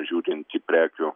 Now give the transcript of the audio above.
žiūrint į prekių